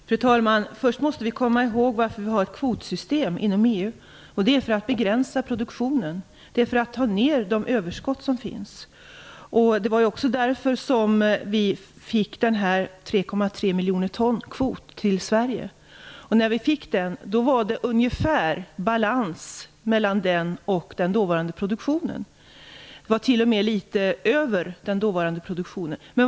Fru talman! Först måste vi komma ihåg varför vi har ett kvotsystem inom EU. Det är för att begränsa produktionen och för att minska överskotten. Därför fick vi en kvot på 3,3 miljoner ton i Sverige. När vi fick den kvoten rådde det i stort sett balans mellan kvoten och produktionen. Kvoten låg t.o.m. litet över den dåvarande produktionen.